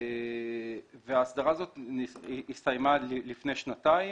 ההסדרה הזאת הסתיימה לפני שנתיים,